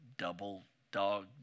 double-dog